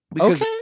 Okay